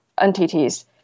entities